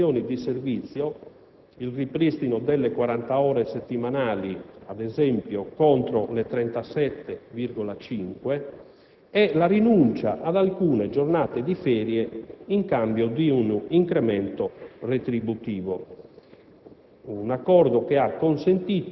sulla base di maggiori prestazioni di servizio (il ripristino delle 40 ore settimanali, ad esempio, contro le 37,5) e la rinuncia ad alcune giornate di ferie in cambio di un incremento retributivo.